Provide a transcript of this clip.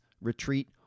retreat